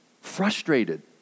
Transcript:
frustrated